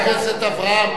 חברת הכנסת אברהם,